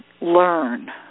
learn